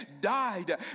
died